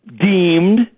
deemed